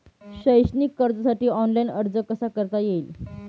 शैक्षणिक कर्जासाठी ऑनलाईन अर्ज कसा करता येईल?